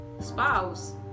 spouse